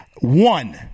One